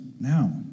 now